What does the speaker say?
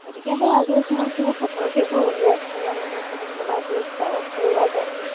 গতিকে সেই আজৰি সময়খিনিত সকলো সেইবোৰ উলিয়াই ঘৰুৱা মানুহখিনিক বনাই কৰি খুৱাও খোওৱা যায়